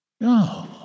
No